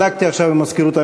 בדקתי עכשיו עם המזכירות: